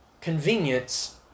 convenience